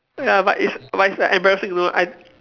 ya but it's but it's embarrassing also I